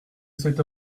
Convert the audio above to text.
cet